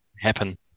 happen